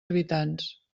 habitants